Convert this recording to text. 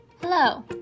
Hello